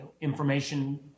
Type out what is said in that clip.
information